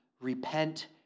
repent